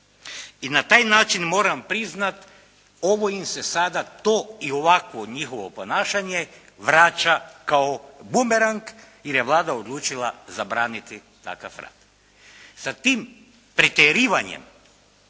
I na taj način moram priznati ovo im se sada to i ovakvo njihovo ponašanje vraća kao bumerang, jer je Vlada odlučila zabraniti takav rad.